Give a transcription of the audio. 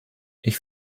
ich